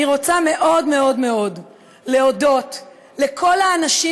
אני רוצה להודות מאוד מאוד מאוד לכל האנשים